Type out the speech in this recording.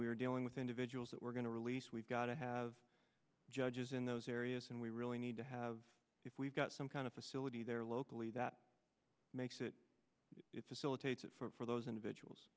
we're dealing with individuals that we're going to release we've got to have judges in those areas and we really need to have if we've got some kind of facility there locally that makes it it's a silicate for those individuals